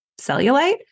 cellulite